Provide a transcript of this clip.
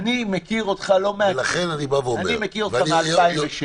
אותך לא מהכנסת, אני מכיר אותך מ-2007.